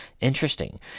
interesting